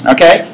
Okay